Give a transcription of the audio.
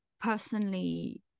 personally